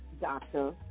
doctor